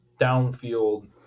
downfield